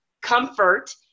comfort